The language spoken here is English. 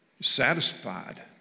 satisfied